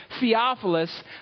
Theophilus